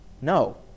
No